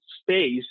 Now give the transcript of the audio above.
space